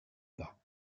pas